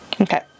Okay